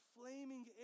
flaming